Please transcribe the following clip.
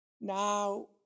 Now